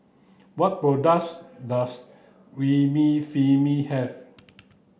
what products does Remifemin have